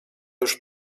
już